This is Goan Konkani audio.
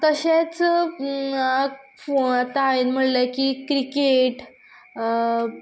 तशेंच आतां हांवेन म्हणलें की क्रिकेट